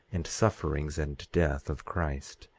and sufferings, and death of christ,